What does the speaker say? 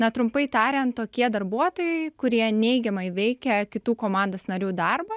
na trumpai tariant tokie darbuotojai kurie neigiamai veikia kitų komandos narių darbą